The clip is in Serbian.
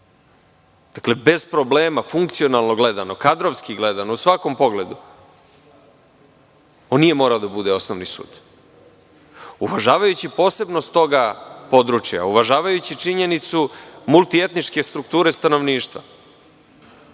Vranja. Bez problema, funkcionalno gledano, kadrovski gledano, u svakom pogledu, on nije morao da bude osnovni sud. Uvažavajući posebnost tog područja, uvažavajući činjenicu multietničke strukture stanovništva,